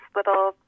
little